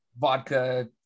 vodka